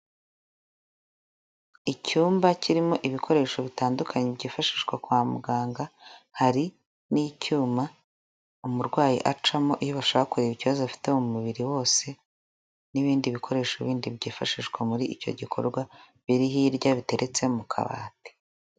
Icyumba kirimo ibikoresho bitandukanye byifashishwa kwa muganga hari n'icyuma umurwayi acamo iyo bashaka kureba ikibazo afite mu mubiri wose, n'ibindi bikoresho bindi byifashishwa muri icyo gikorwa biri hirya biteretse mu kabati.